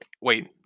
wait